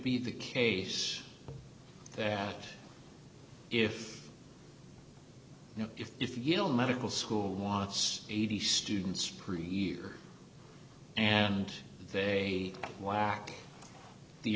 be the case that if you know if you don't medical school wants eighty students per year and they lack the